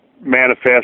manifest